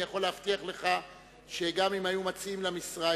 אני יכול להבטיח לך שגם אם היו מציעים לה משרה,